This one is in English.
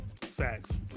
Facts